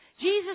Jesus